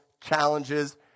challenges